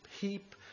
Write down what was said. heap